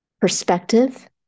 perspective